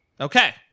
Okay